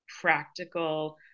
practical